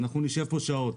אנחנו נשב פה שעות,